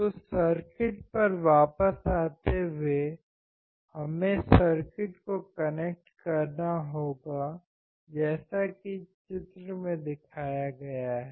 तो सर्किट पर वापस आते हुए हमें सर्किट को कनेक्ट करना होगा जैसा कि चित्र में दिखाया गया है